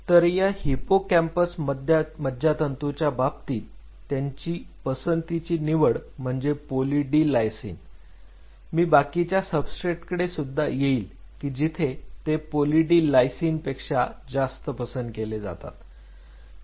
तर या हिपोकॅम्पस मज्जातंतूच्या बाबतीत त्यांची पसंतीची निवड म्हणजे पोली डी लायसिन मी बाकीच्या सबस्ट्रेट कडे सुद्धा येईल की जेथे ते पोली डी लायसिन पेक्षा जास्त पसंत केले जातात